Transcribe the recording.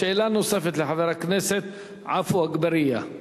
שאלה נוספת לחבר הכנסת עפו אגבאריה.